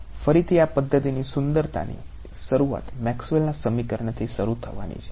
ફરીથી આ પદ્ધતિની સુંદરતાની શરૂઆત મેક્સવેલના સમીકરણથી શરૂ થવાની છે